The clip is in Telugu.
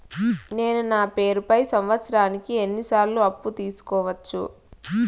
నేను నా పేరుపై సంవత్సరానికి ఎన్ని సార్లు అప్పు తీసుకోవచ్చు?